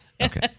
Okay